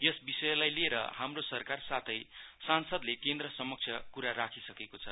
यस विषयलाई लिएर हाम्रो सरकार साथै सांसदले केन्द्र समोक्ष कुरा राखि सकेको छ